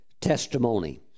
testimony